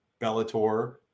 Bellator